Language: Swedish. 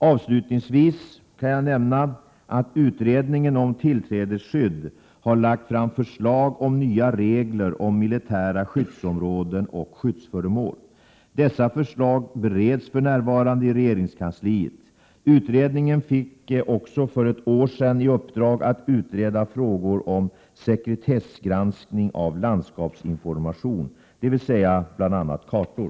Avslutningsvis kan jag nämna att utredningen om tillträdesskydd har lagt fram förslag om nya regler om militära skyddsområden och skyddsföremål. Dessa förslag bereds för närvarande i regeringskansliet. Utredningen fick också för ett år sedan i uppdrag att utreda frågor om sekretssgranskning av landskapsinformation, dvs. bl.a. kartor.